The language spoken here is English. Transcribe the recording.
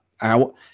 out